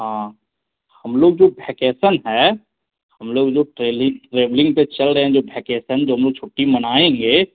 हाँ हम लोग जो फेकेशन है हम लोग जो ट्रेवली ट्रेवलिंग पर चल रहें जो फेकेशन जो हम लोग छुट्टी मनाएँगे